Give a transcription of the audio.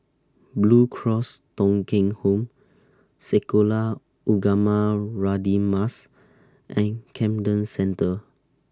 Blue Cross Thong Kheng Home Sekolah Ugama Radin Mas and Camden Centre